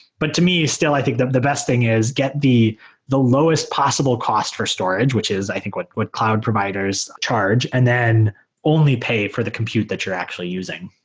but to me, still, i think the the best thing is get the the lowest possible cost for storage, which is i think what what cloud providers charge, and then only pay for the compute that you're actually using.